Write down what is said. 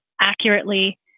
accurately